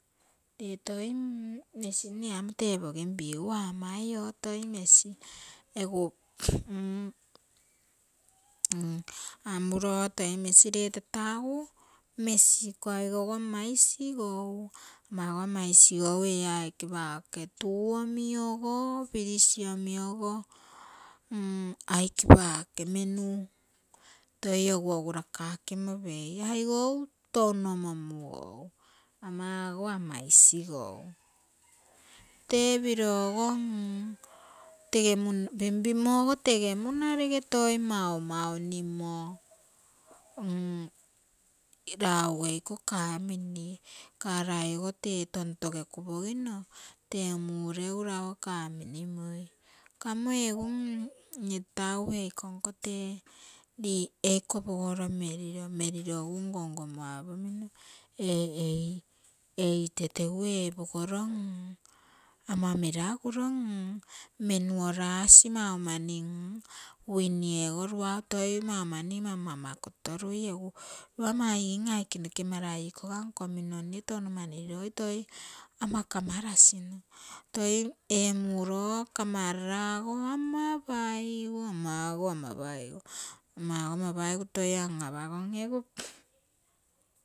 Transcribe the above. Lee toi mesi mne amo tepogimpigu amai oo toi pesi egu amuro toi mesi lee tata egu nusi iko aigou ogo ama isigou, ama ogo ama e isigou ei ike pake tuu omi ogo pirisi omi ogo aike pake menu toi ogu ogu rakakimo pei aigou touno momugou ama ogo ama isigou tee pino go pimpimogo tege munarege toi mau mau nimo lague iko kamini karaie ogo tee tontoge kupogino tee mureugu lague kaminigui. kamo egu mne tata egu ei konko tee eiko pogoro meriro, meriro egu ngo ngomo apomino ee ei ite tegu epogoro ama mera guro. menuo rasi mau mani uinie ogo luau toi mau mani mammamakotorui egu lopa maigin aike noke mara ikoga nkomino mne touno mani riroi toi ama kamarasino toi ee muro kamararaogo ama paigu, ama ogo paigu, ama ogo ama paigu toi an-apagom ege.